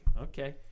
okay